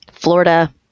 Florida